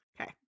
okay